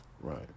Right